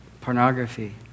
pornography